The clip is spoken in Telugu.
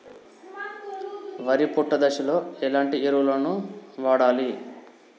వరి పొట్ట దశలో ఎలాంటి ఎరువును వాడాలి?